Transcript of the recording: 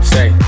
Say